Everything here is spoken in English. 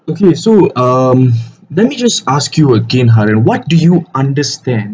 okay so um let me just ask you again hor what do you understand